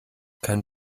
kein